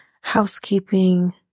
housekeeping